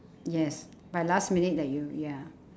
yes by last minute that you ya